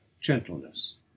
Gentleness